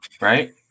right